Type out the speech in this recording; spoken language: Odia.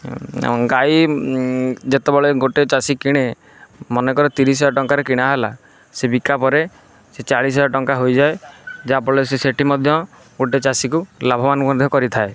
ଗାଈ ଯେତେବେଳେ ଗୋଟେ ଚାଷୀ କିଣେ ମନେକର ତିରିଶ ହଜାର ଟଙ୍କାରେ କିଣା ହେଲା ସେ ବିକା ପରେ ସେ ଚାଳିଶ ହଜାର ଟଙ୍କା ହୋଇଯାଏ ଯାହା ଫଳରେ ସେଇଠି ମଧ୍ୟ ଗୋଟିଏ ଚାଷୀକୁ ଲାଭବାନ ମଧ୍ୟ କରାଇ ଥାଏ